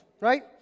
right